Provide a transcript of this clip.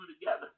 together